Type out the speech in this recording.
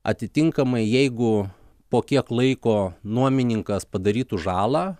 atitinkamai jeigu po kiek laiko nuomininkas padarytų žalą